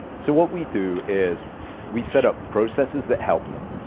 so what we do is we set up processes that help them.